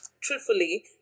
Truthfully